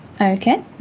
Okay